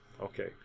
okay